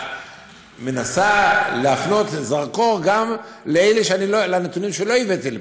את מנסה להפנות זרקור גם לנתונים שלא הבאתי לפה.